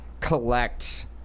collect